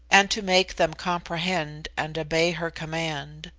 and to make them comprehend and obey her command.